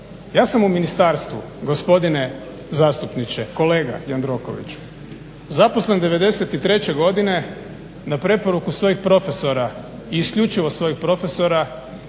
Ja sam u ministarstvu gospodine zastupniče, kolega Jandrokoviću zaposlen '93.godine na preporuku svojih profesora i isključivo svojih profesora